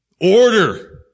Order